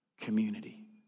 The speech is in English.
community